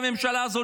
לממשלה הזאת,